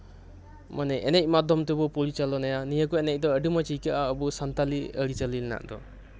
ᱢᱟᱱᱮ ᱮᱱᱮᱡ ᱢᱟᱫᱽᱫᱷᱚᱢ ᱛᱮᱵᱚᱱ ᱯᱚᱨᱤᱪᱟᱞᱚᱱᱟᱭᱟ ᱱᱤᱭᱟᱹ ᱠᱚ ᱮᱱᱮᱡ ᱫᱚ ᱟᱹᱰᱤ ᱢᱚᱸᱡ ᱟᱹᱭᱠᱟᱹᱜᱼᱟ ᱟᱵᱚ ᱥᱟᱱᱛᱟᱞᱤ ᱟᱹᱨᱤᱪᱟᱹᱞᱤ ᱨᱮᱱᱟᱜ ᱫᱚ